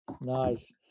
Nice